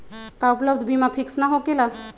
का उपलब्ध बीमा फिक्स न होकेला?